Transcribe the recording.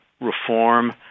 reform